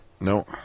No